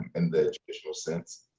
in the traditional sense.